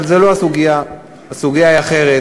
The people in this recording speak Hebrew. אבל זו לא הסוגיה, הסוגיה היא אחרת.